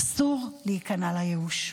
"אסור להיכנע לייאוש".